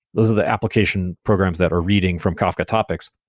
those are the application programs that are reading from kafka topics,